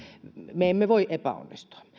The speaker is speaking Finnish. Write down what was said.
me emme voi epäonnistua yhteen